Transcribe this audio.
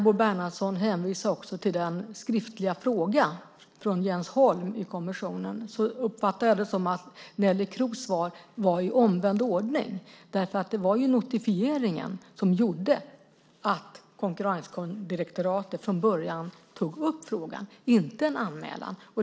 Bo Bernhardsson hänvisar också till den skriftliga frågan från Jens Holm till kommissionen. Jag uppfattar det så att Neelie Kroes svar var i omvänd ordning. Det var notifieringen som gjorde att konkurrensdirektoratet tog upp frågan från början. Det var inte en anmälan.